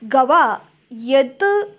गवा यत्